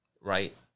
right